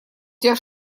тебя